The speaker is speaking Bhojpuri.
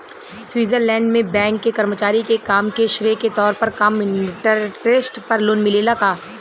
स्वीट्जरलैंड में बैंक के कर्मचारी के काम के श्रेय के तौर पर कम इंटरेस्ट पर लोन मिलेला का?